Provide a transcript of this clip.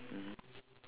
mmhmm